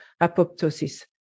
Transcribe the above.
apoptosis